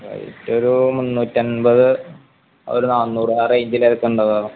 അതിപ്പഴൊരു മുന്നൂറ്റിയൻപത് ഒരു നാന്നൂറ് ആ റേഞ്ചിലായിരിക്കും ഉണ്ടാവുക